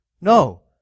No